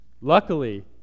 Luckily